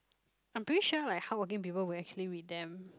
I'm pretty sure like how working people would actually with them